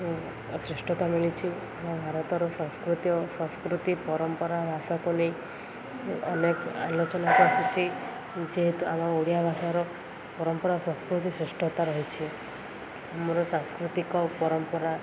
ଶ୍ରେଷ୍ଠତା ମିଳିଛିି ଆମ ଭାରତର ସଂସ୍କୃତି ଓ ସଂସ୍କୃତି ପରମ୍ପରା ଭାଷାକୁ ନେଇ ଅନେକ ଆଲୋଚନାକୁ ଆସିଛିି ଯେହେତୁ ଆମ ଓଡ଼ିଆ ଭାଷାର ପରମ୍ପରା ସଂସ୍କୃତି ଶ୍ରେଷ୍ଠତା ରହିଛି ଆମର ସାଂସ୍କୃତିକ ପରମ୍ପରା